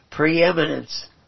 Preeminence